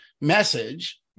message